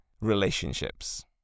relationships